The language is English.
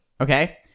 Okay